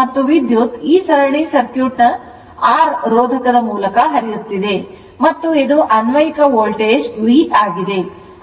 ಮತ್ತು ವಿದ್ಯುತ್ ಈ ಸರ್ಕ್ಯೂಟ್ ಸರಣಿ ರೋಧಕ R ಮೂಲಕ ಹರಿಯುತ್ತಿದೆ ಮತ್ತು ಇದು ಅನ್ವಯಿಕ ವೋಲ್ಟೇಜ್ V ಆಗಿದೆ